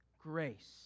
grace